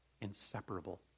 inseparable